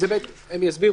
הם יסבירו.